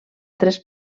tres